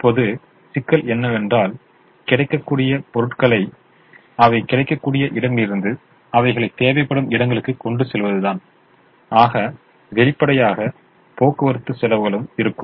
இப்போது சிக்கல் என்னவென்றால் கிடைக்கக்கூடிய பொருட்களை அவை கிடைக்கக்கூடிய இடங்களிலிருந்து அவைகளை தேவைப்படும் இடங்களுக்கு கொண்டு செல்வதுதான் ஆக வெளிப்படையாக போக்குவரத்து செலவுகளும் இருக்கும்